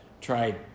try